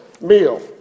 meal